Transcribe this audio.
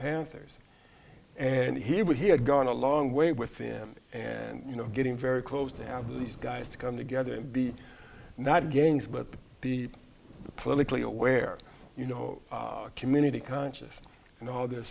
panthers and he would he had gone a long way with him and you know getting very close to have these guys to come together and be not gangs but be politically aware you know community conscious and all th